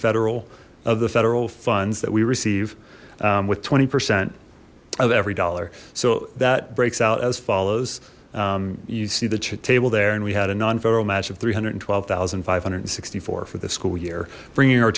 federal of the federal funds that we receive with twenty percent of every dollar so that breaks out as follows you see the table there and we had a non federal match of three hundred and twelve thousand five hundred and sixty four for the school year bringing